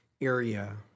area